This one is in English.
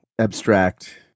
abstract